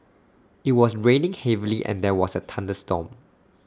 IT was raining heavily and there was A thunderstorm